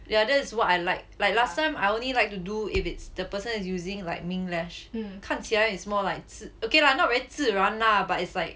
yeah that's what I like like last time I only like to do if it's the person is using like mink lash 看起来 is more like okay lah not really 自然 lah but it's like